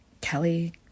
Kelly